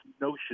notion